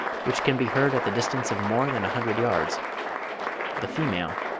which can be heard at the distance of more than a hundred yards the female,